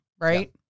right